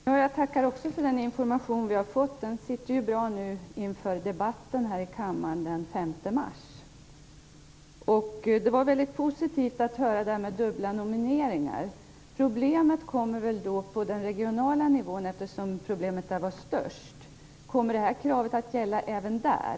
Herr talman! Jag tackar också för den information som vi har fått. Den passar ju bra nu inför debatten här i kammaren den 5 mars. Det var väldigt positivt att höra detta om dubbla nomineringar. Problemet uppstår väl då på den regionala nivån, eftersom problemet där lär vara störst. Kommer kravet på dubbla nomineringar att gälla även där?